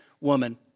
woman